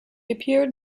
appeared